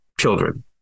children